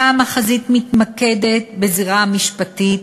פעם החזית מתמקדת בזירה המשפטית,